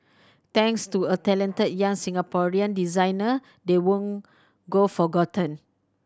thanks to a talented young Singaporean designer they won't go forgotten